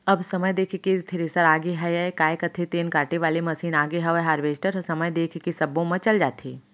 अब समय देख के थेरेसर आगे हयय, काय कथें तेन काटे वाले मसीन आगे हवय हारवेस्टर ह समय देख के सब्बो म चल जाथे